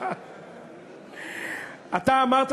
אתה אמרת